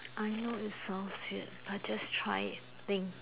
I know it's sounds weird but just try and think